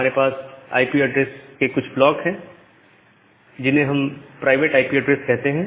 हमारे पास IP address के कुछ ब्लॉक हैं जिन्हें हम प्राइवेट आईपी एड्रेस कहते हैं